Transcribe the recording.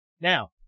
Now